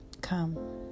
Come